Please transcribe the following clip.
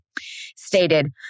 stated